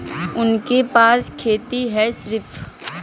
उनके पास खेती हैं सिर्फ